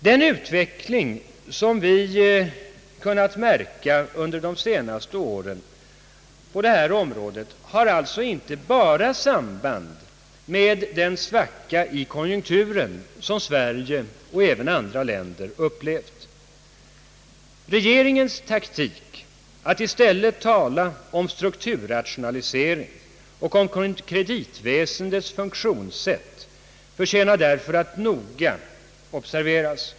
Den utveckling som vi kunnat märka på detta område under de senaste åren har alltså inte bara samband med den svacka i konjunkturen, som Sverige och även andra länder upplevt. Regeringens taktik att i stället tala om strukturrationalisering och om kreditväsendets funktionssätt förtjänar därför att noga observeras.